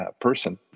person